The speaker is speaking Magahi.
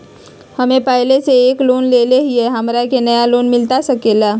हमे पहले से एक लोन लेले हियई, हमरा के नया लोन मिलता सकले हई?